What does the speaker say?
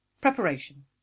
preparation